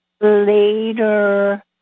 later